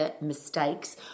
mistakes